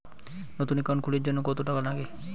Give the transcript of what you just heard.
নতুন একাউন্ট খুলির জন্যে কত টাকা নাগে?